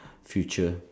future